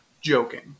Joking